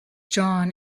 john